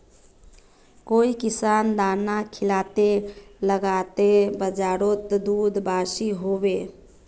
काई किसम दाना खिलाले लगते बजारोत दूध बासी होवे?